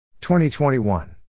2021